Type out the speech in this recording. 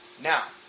Now